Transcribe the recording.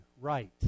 right